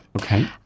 Okay